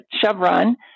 Chevron